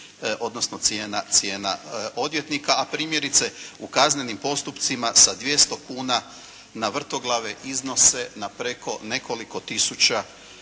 odnosno cijena odvjetnika, a primjerice u kaznenim postupcima sa 200 kuna na vrtoglave iznose na preko nekoliko tisuća